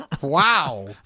wow